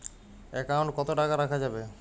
Account কত টাকা রাখা যাবে?